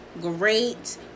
great